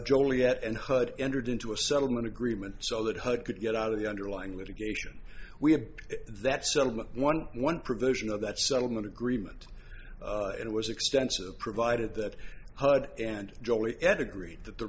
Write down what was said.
joliet and hud entered into a settlement agreement so that hud could get out of the underlying litigation we had that settlement one one provision of that settlement agreement and it was extensive provided that hard and jolly ed agreed that the